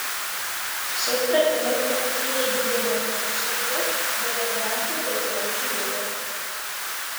šiais pratimais efektyviai gydomos ne tik širdies bet ir bronchų bei plaučių ligos